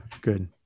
good